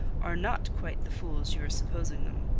are not quite the fools you are supposing them.